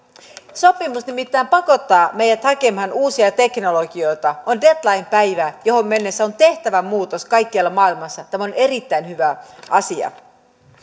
sopimus nimittäin pakottaa meidät hakemaan uusia teknologioita on deadline päivä johon mennessä on tehtävä muutos kaikkialla maailmassa tämä on erittäin hyvä asia